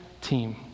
team